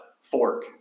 fork